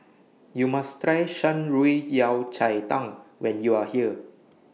YOU must Try Shan Rui Yao Cai Tang when YOU Are here